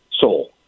soul